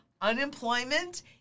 unemployment